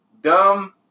Dumb